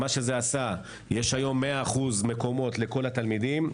יש היום 100% מקומות לכל התלמידים,